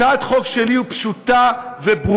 הצעת החוק שלי היא פשוטה וברורה,